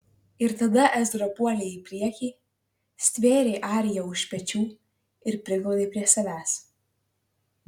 ir tada ezra puolė į priekį stvėrė ariją už pečių ir priglaudė prie savęs